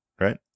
right